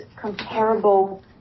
comparable